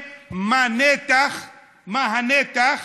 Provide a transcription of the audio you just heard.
יכולת לתת מענה מה הנתח,